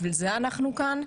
בשביל זה אנחנו כאן.